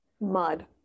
mud